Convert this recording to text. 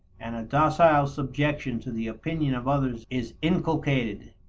and a docile subjection to the opinion of others is inculcated,